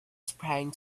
sprang